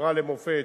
חברה למופת,